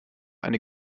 eine